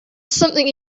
something